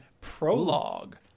Prologue